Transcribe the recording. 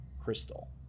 crystal